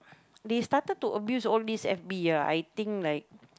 they started to abuse all these F_B ah I think like